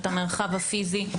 את המרחב הפיזי,